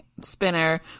Spinner